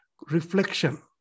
reflection